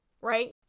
right